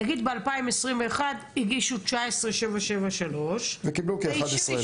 נגיד שבשנת 2021 הגישו 19,773 --- וקיבלו כ-11 אלף.